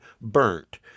burnt